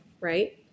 right